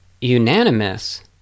unanimous